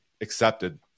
accepted